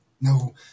no